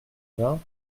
vingt